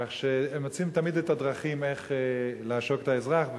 כך שהם מוצאים תמיד את הדרכים איך לעשוק את האזרח,